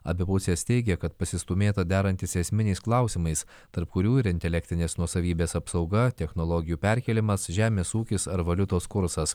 abi pusės teigia kad pasistūmėta derantis esminiais klausimais tarp kurių ir intelektinės nuosavybės apsauga technologijų perkėlimas žemės ūkis ar valiutos kursas